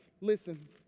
Listen